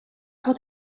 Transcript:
had